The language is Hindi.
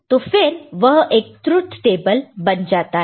तो फिर वह एक ट्रुथ टेबल बन जाता है